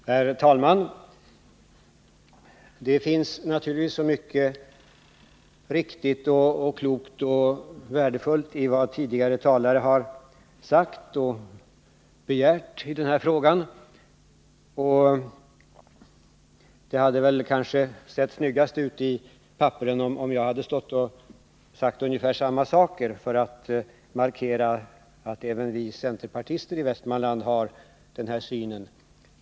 Herr talman! Det finns så mycket riktigt och klokt och värdefullt i vad tidigare talare har sagt i den här frågan att det kanske hade sett snyggast ut i papperen, om jag hade sagt ungefär samma saker för att markera att även vi centerpartister i Västmanland har samma syn.